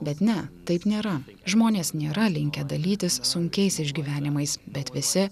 bet ne taip nėra žmonės nėra linkę dalytis sunkiais išgyvenimais bet visi